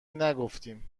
نگفتیم